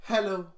Hello